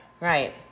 Right